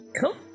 Cool